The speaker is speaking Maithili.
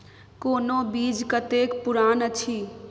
कोनो बीज कतेक पुरान अछि?